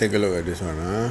take a look at this one ah